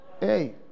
Hey